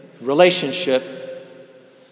relationship